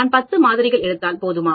நான் 10 மாதிரிகள் எடுத்தால் போதுமா